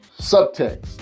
subtext